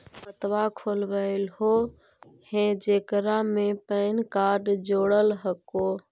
खातवा खोलवैलहो हे जेकरा मे पैन कार्ड जोड़ल हको?